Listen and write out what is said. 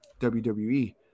WWE